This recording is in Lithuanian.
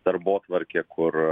darbotvarkė kur